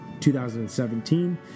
2017